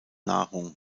nahrung